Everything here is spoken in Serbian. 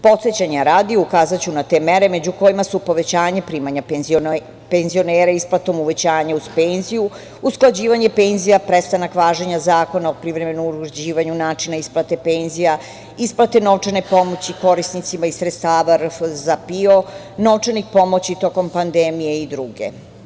Podsećanja radi, ukazaću na te mere, među kojima su povećanje primanja penzionera isplatom, uvećanje uz penziju, usklađivanje penzija, prestanak važenja Zakona o privremenom uređivanju načina isplate penzija, isplate novčane pomoći korisnicima iz sredstava RFZO za PIO, novčanih pomoći tokom pandemije i druge.